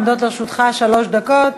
עומדות לרשותך שלוש דקות.